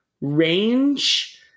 range